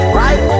right